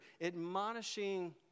admonishing